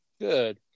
Good